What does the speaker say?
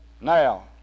Now